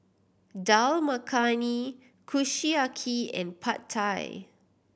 Dal Makhani Kushiyaki and Pad Thai